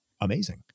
amazing